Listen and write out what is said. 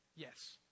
yes